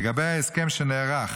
לגבי ההסכם שנערך